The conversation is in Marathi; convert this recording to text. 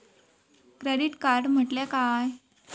क्रेडिट कार्ड म्हटल्या काय?